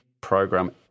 program